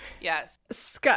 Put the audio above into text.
Yes